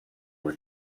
were